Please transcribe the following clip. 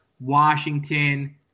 Washington